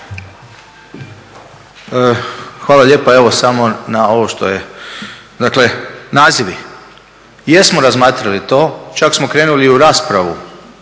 Hvala lijepa. Evo samo na ovo što je, dakle nazivi. Jesmo razmatrali to. Čak smo krenuli i u raspravu